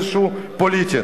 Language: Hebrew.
איזה היגיון פוליטי.